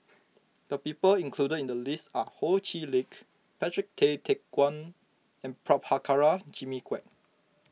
the people included in the list are Ho Chee Lick Patrick Tay Teck Guan and Prabhakara Jimmy Quek